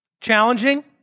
Challenging